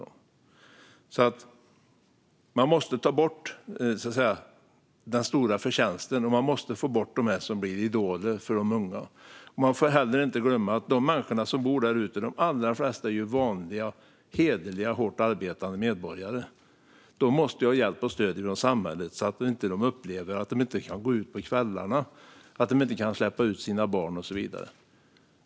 Man måste få bort den stora förtjänsten, och man måste få bort dem som blir idoler för de unga. Man får inte heller glömma att de allra flesta människor som bor där ute är vanliga, hederliga och hårt arbetande medborgare. De måste ha hjälp och stöd från samhället så att de inte upplever att de inte kan gå ut på kvällarna och inte kan släppa ut sina barn och så vidare.